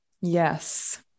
Yes